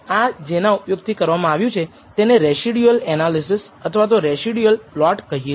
આ જેના ઉપયોગથી કરવામાં આવ્યું તેને આપણે રેસીડ્યુઅલ એનાલિસિસ અથવા રેસીડ્યુઅલ પ્લોટ કહીએ છીએ